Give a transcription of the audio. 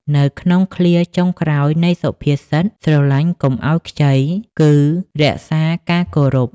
នៅក្នុងឃ្លាចុងក្រោយនៃសុភាសិត "ស្រឡាញ់កុំឲ្យខ្ចី" គឺ "រក្សាការគោរព"។